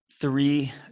three